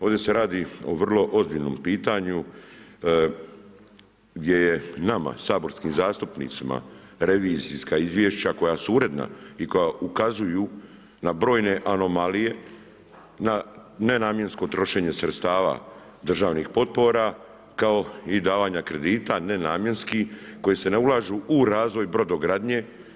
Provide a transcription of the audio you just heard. Ovdje se radi o vrlo ozbiljnom pitanju, gdje je nama saborskim zastupnicima revizija izvješća koja su uredna i koja ukazuju na brojne anomalije, na nenamjensko trošenje sredstava državnih potpora, kao i davanja kredita, nenamjenski koji se ne ulažu u razvoj brodogradnje.